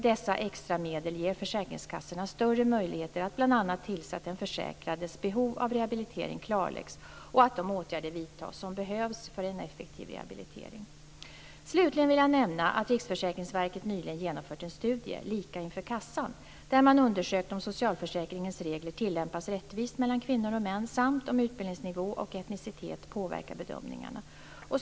Dessa extra medel ger försäkringskassorna större möjligheter att bl.a. tillse att den försäkrades behov av rehabilitering klarläggs och att de åtgärder vidtas som behövs för en effektiv rehabilitering. Slutligen vill jag nämna att Riksförsäkringsverket nyligen genomfört en studie, Lika inför kassan, där man undersökte om socialförsäkringens regler tillämpas rättvist mellan kvinnor och män samt om utbildningsnivå och etnicitet påverkar bedömningarna.